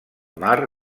mar